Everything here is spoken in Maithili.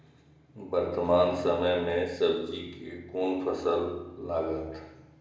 वर्तमान समय में सब्जी के कोन फसल लागत?